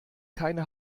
keine